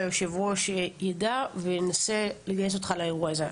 שהיושב-ראש יידע וינסה לגייס אותך לאירוע הזה.